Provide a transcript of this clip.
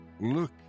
Look